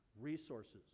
resources